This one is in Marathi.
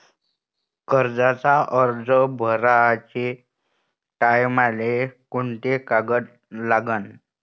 कर्जाचा अर्ज भराचे टायमाले कोंते कागद लागन?